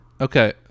Okay